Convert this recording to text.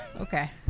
Okay